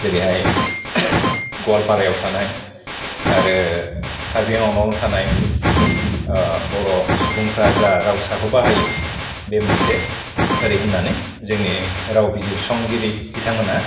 जेरैहाय गवालपारायाव थानाय आरो कार्बिआंलङाव थानाय बर' सुबुंफ्रा जा रावसाखौ बाहायो बे मोनसे ओरै होन्नानै जोंनि राव बिजिरसंगिरि बिथांमोना